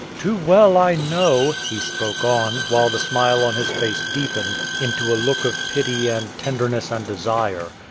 too well i know, he spoke on, while the smile on his face deepened into a look of pity and tenderness and desire,